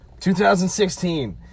2016